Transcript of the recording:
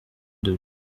deux